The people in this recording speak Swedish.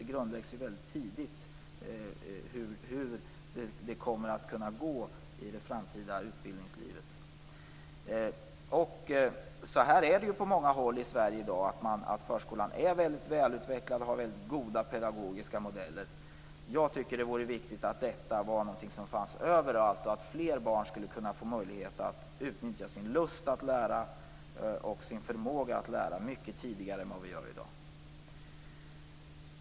Förutsättningarna för hur det skall gå i det framtida utbildningslivet grundläggs ju mycket tidigt. Förskolan är på många håll i Sverige i dag väldigt välutvecklad och har väldigt goda pedagogiska modeller. Jag tycker att det vore viktigt att förskolan fanns överallt och att fler barn skulle få möjlighet att utnyttja sin lust och förmåga att lära mycket tidigare än i dag.